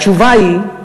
התשובה היא,